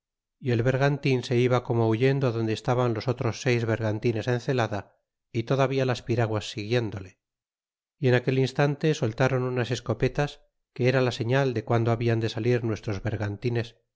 y el bergantin se iba como huyendo donde esta ban los otros seis bergantines en zelada y km davia las piraguas siguiéndole y en aquel ina tante soltaron unas escopetas que era la señal de guando habian de salir nuestros bergantines